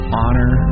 honor